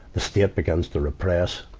the state begins to repress.